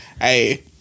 Hey